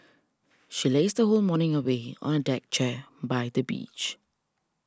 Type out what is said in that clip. she lazed her whole morning away on a deck chair by the beach